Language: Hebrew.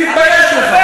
תתבייש לך.